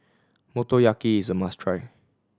motoyaki is a must try